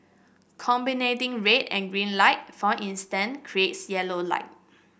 combining red and green light for instance creates yellow light